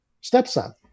stepson